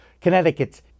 Connecticut's